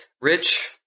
Rich